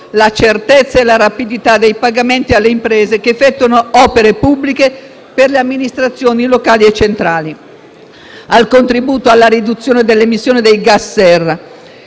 alla certezza e alla rapidità dei pagamenti alle imprese che effettuano opere pubbliche per le amministrazioni locali e centrali; penso al contributo alla riduzione delle emissioni dei gas serra.